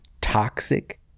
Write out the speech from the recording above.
toxic